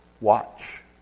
Watch